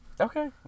Okay